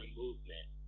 movement